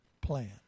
plan